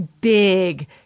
big